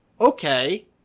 okay